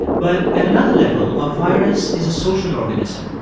but at another level, a virus is a social organism.